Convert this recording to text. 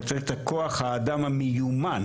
רק צריך את כוח האדם המיומן.